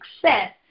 success